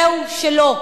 זהו, שלא.